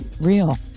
real